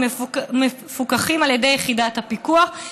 הם מפוקחים על ידי יחידת הפיקוח,